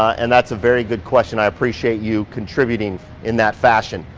and that's a very good question. i appreciate you contributing in that fashion.